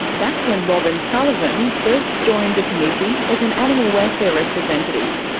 that's when robyn sullivan first joined a committee as an animal welfare representative.